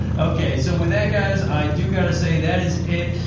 okay. so with that guys, i do gotta say that is it.